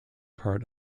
part